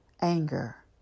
anger